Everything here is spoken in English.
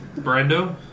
Brando